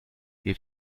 wir